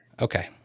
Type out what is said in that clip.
Okay